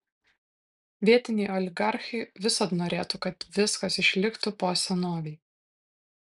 vietiniai oligarchai visad norėtų kad viskas išliktų po senovei